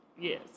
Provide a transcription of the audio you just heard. Yes